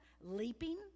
leaping